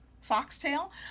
foxtail